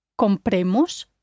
compremos